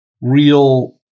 real